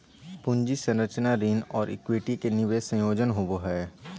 पूंजी संरचना ऋण और इक्विटी के विशेष संयोजन होवो हइ